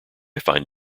find